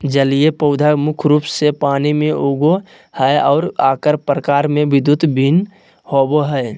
जलीय पौधा मुख्य रूप से पानी में उगो हइ, और आकार प्रकार में बहुत भिन्न होबो हइ